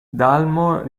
dalmor